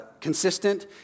consistent